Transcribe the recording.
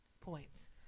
points